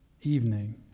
evening